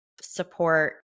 support